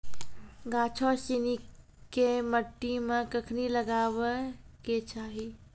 गाछो सिनी के मट्टी मे कखनी लगाबै के चाहि?